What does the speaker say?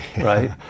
right